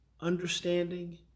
understanding